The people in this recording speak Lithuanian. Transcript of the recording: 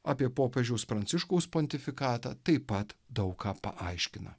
apie popiežiaus pranciškaus pontifikatą taip pat daug ką paaiškina